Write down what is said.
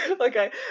okay